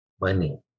money